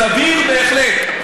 סביר בהחלט.